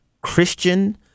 Christian